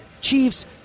Chiefs